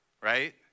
right